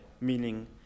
meaning